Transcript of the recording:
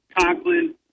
Conklin